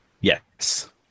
Yes